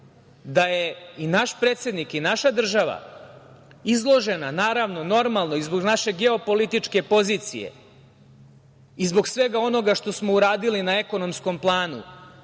da je i naš predsednik i naša država izložena naravno normalno, i zbog naše geopolitičke pozicije i zbog svega onoga što smo uradili na ekonomskom planu,